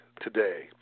today